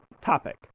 topic